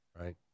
right